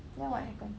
then what happened